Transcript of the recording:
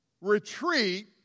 retreat